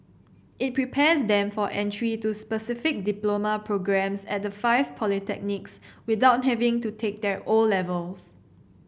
it prepares them for entry to specific diploma programmes at the five polytechnics without having to take their O levels